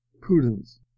prudence